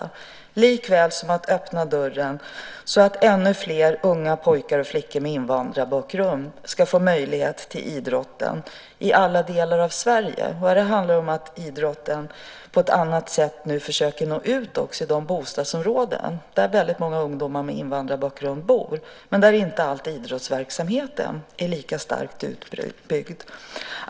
Det handlar också om att öppna dörren så att ännu fler unga pojkar och flickor med invandrarbakgrund ska få möjlighet till idrott i alla delar av Sverige. Idrotten försöker nu också på ett annat sätt nå ut i de bostadsområden där många ungdomar med invandrarbakgrund bor men där idrottsverksamheten inte alltid är lika starkt utbyggd.